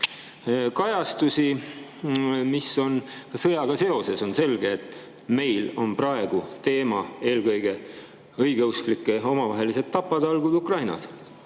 kajastusi, mis on sõjaga seotud. On selge, et meil on praegu teema eelkõige õigeusklike omavahelised tapatalgud Ukrainas.